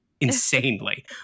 insanely